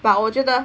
but 我觉得